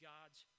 God's